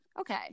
Okay